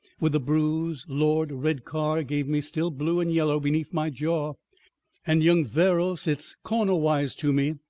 with the bruise lord redcar gave me still blue and yellow beneath my jaw and young verrall sits cornerwise to me,